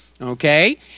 Okay